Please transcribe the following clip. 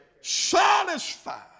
Satisfied